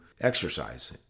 exercise